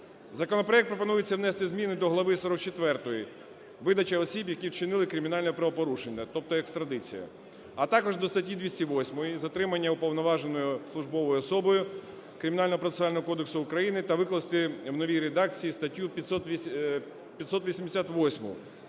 Законопроектом пропонується внести зміни до глави 44-ї "Видача осіб, які вчинили кримінальне правопорушення", тобто екстрадиція, а також до статті 208 "Затримання уповноваженою службовою особою" Кримінального процесуального кодексу України та викласти в новій редакції статтю 588